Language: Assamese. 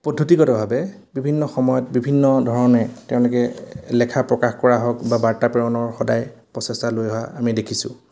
পদ্ধতিগতভাৱে বিভিন্ন সময়ত বিভিন্ন ধৰণে তেওঁলোকে লেখা প্ৰকাশ কৰা হওক বা বাৰ্তা প্ৰেৰণৰ সদায় প্ৰচেষ্টা লৈ অহা আমি দেখিছোঁ